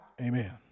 Amen